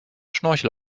schnorchel